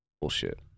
Bullshit